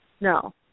no